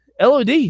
LOD